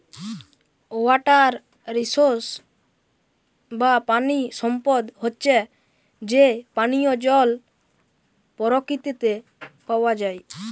water resource বা পানি সম্পদ হচ্যে যে পানিয় জল পরকিতিতে পাওয়া যায়